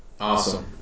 Awesome